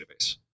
database